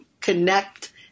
connect